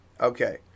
Okay